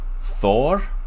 Thor